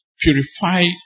purify